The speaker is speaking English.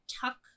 tuck